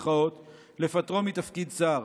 לפטרו מתפקיד שר.